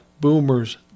boomers